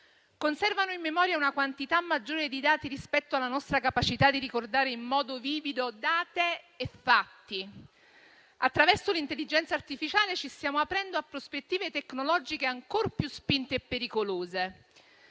Conservano in memoria una quantità maggiore di dati rispetto alla nostra capacità di ricordare in modo vivido date e fatti. Attraverso l'intelligenza artificiale ci stiamo aprendo a prospettive tecnologiche ancor più spinte e pericolose.